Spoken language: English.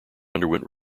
underwent